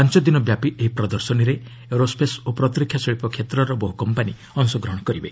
ପାଞ୍ଚ ଦିନ ବ୍ୟାପୀ ଏହି ପ୍ରଦର୍ଶନୀରେ ଏରୋସେସ୍ ଓ ପ୍ରତିରକ୍ଷା ଶିଳ୍ପ କ୍ଷେତ୍ରର ବହୁ କମ୍ପାନୀ ଅଂଶଗ୍ରହଣ କରିବେ